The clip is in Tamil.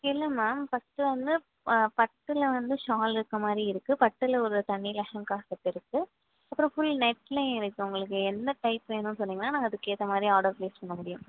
இல்லை மேம் ஃபர்ஸ்ட்டு வந்து பட்டில் வந்து ஷாலு இருக்க மாதிரி இருக்கு பட்டில் ஒரு தனி லெஹங்கா செட்டு இருக்கு அப்புறம் ஃபுல் நெட்லையும் இருக்கு உங்களுக்கு என்ன டைப் வேணும்ன்னு சொன்னீங்கன்னா நாங்கள் அதுக்கேற்ற மாதிரி ஆர்டர் ப்ளேஸ் பண்ண முடியும்